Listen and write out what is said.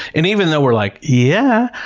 and even though we're like, yeah,